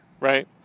Right